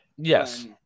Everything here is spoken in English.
Yes